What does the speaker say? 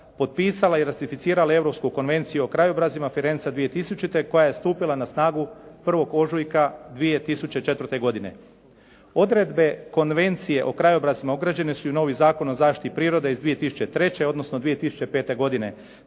potpisala i ratificirala Europsku konvenciju o krajobrazima, Firenza 2000. koja je stupila na snagu 1. ožujka 2004. godine. Odredbe konvencije o krajobrazima ugrađene su i u novi Zakon o zaštiti prirode iz 2003., odnosno 2005. godine.